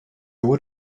would